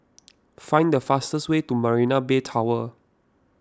find the fastest way to Marina Bay Tower